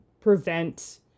prevent